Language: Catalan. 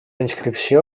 inscripció